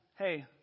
Hey